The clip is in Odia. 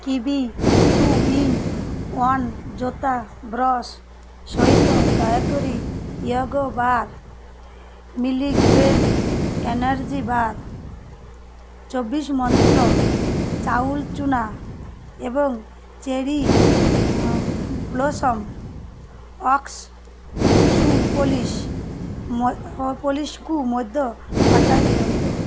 କିୱି ଟୁ ଇନ୍ ୱାନ୍ ଜୋତା ବ୍ରଶ୍ ସହିତ ଦୟାକରି Yoga bar multigrain energy bar ଚବିଶି ମନ୍ତ୍ର ଚାଉଲ୍ ଚୂନା ଏବଂ cherry blossom wax shoe polish ପଲିଶ୍କୁ ମଧ୍ୟ ହଟାଇଦିଅନ୍ତୁ